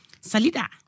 Salida